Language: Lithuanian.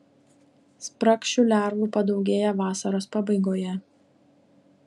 spragšių lervų padaugėja vasaros pabaigoje